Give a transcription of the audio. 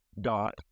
dot